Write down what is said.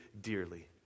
dearly